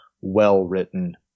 well-written